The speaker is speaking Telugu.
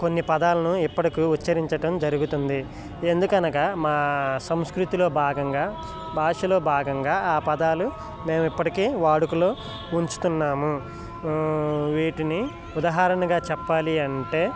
కొన్ని పదాలను ఇప్పటికు ఉచ్చరించటం జరుగుతుంది ఎందుకనగా మా సంస్కృతిలో భాగంగా భాషలో భాగంగా ఆ పదాలు మేము ఇప్పటికీ వాడుకలో ఉంచుతున్నాము వీటిని ఉదాహరణగా చెప్పాలి అంటే